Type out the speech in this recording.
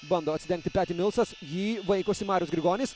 bando atsidengti peti milsas jį vaikosi marius grigonis